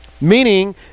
Meaning